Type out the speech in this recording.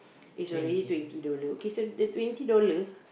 is already twenty dollar okay so the twenty dollar